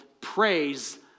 praise